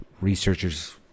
researchers